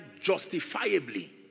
justifiably